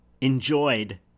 enjoyed